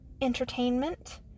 entertainment